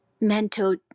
mental